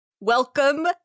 Welcome